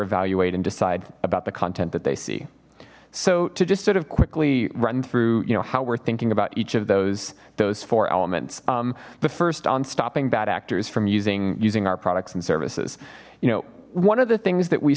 evaluate and decide about the content that they see so to just sort of quickly run through you know how we're thinking about each of those those four elements the first on stopping bad actors from using using our products and services you know one of the things that we